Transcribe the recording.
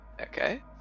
okay